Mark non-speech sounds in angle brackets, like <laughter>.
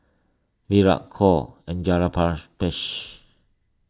Virat Choor and <unintelligible>